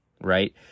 right